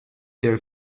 their